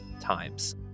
times